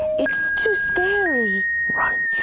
it's too scary. right.